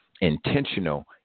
intentional